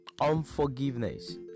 unforgiveness